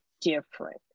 different